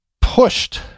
pushed